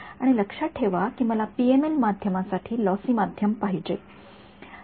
आणि लक्षात ठेवा कि मला पीएमएल माध्यमासाठी लॉसी माध्यम पाहिजे होते